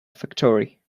factory